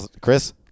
Chris